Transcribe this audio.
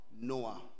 Noah